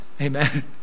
Amen